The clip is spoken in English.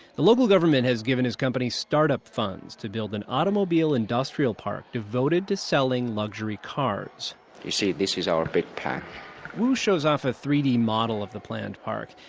the local government has given his company start-up funds to build an automobile industrial park devoted to selling luxury cars you see, this is our big plan wu shows off a three d model of the planned park.